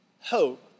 hope